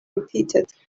repeated